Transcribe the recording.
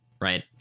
Right